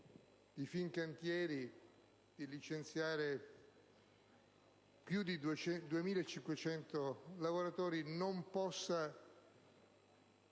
di Fincantieri di licenziare più di 2.500 lavoratori non possa